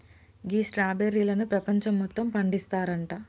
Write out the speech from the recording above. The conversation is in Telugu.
గీ స్ట్రాబెర్రీలను పెపంచం మొత్తం పండిస్తారంట